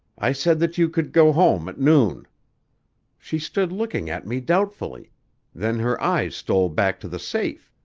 i said that you could go home at noon she stood looking at me doubtfully then her eyes stole back to the safe.